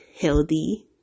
healthy